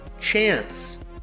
Chance